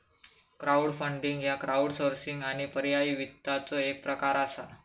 crowdfunding ह्य crowdsourcing आणि पर्यायी वित्ताचो एक प्रकार असा